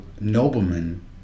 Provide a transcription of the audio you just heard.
noblemen